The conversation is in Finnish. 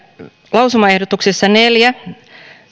lausumaehdotuksessa neljä